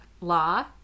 Law